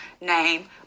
name